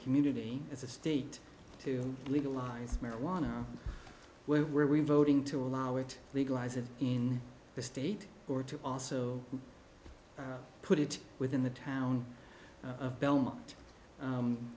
community as a state to legalize marijuana where were we voting to allow it legalize it in the state or to also put it within the town of belmont